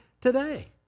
today